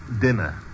Dinner